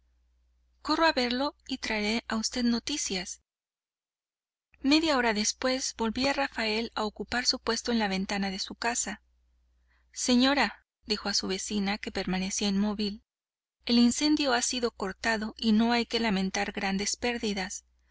corro a verlo y traeré a usted noticias media hora después volvía rafael a ocupar su puesto en la ventana de su casa señora dijo a su vecina que permanecía inmóvil el incendio ha sido cortado y no hay que lamentar grandes pérdidas